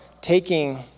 taking